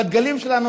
בדגלים שלנו,